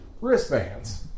wristbands